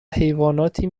حیواناتی